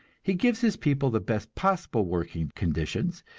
he gives his people the best possible working conditions,